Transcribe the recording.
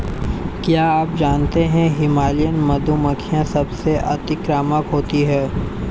क्या आप जानते है हिमालयन मधुमक्खी सबसे अतिक्रामक होती है?